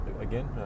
again